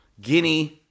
Guinea